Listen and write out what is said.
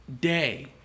day